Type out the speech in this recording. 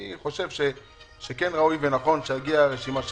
אני חושב שראוי ונכון שתגיע רשימה שמית.